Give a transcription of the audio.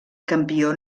campió